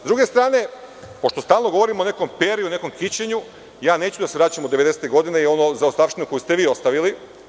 S druge strane, pošto stalno govorimo o nekom Peri, o nekom kićenju, ja neću da se vraćam u 90-te godine i onu zaostavštinu koju ste vi ostavili.